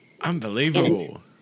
Unbelievable